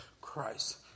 Christ